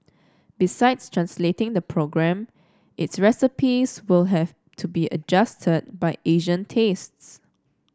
besides translating the program its recipes will have to be adjusted by Asian tastes